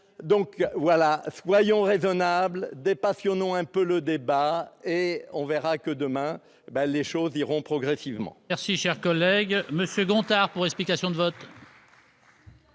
importants. Soyons raisonnables, dépassionnons un peu le débat, et nous verrons que, demain, les choses iront progressivement